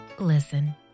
Listen